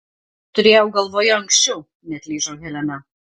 turėjau galvoje anksčiau neatlyžo helena